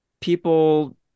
People